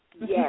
Yes